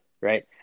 right